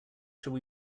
shall